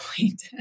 point